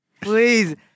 Please